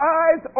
eyes